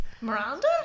Miranda